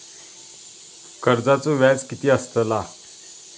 कर्जाचो व्याज कीती असताला?